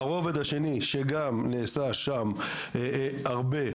הרובד השני שגם נעשה שם הרבה,